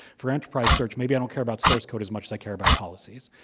for enterprise search, maybe i don't care about source code as much as i care about policies.